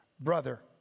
brother